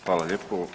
Hvala lijepo.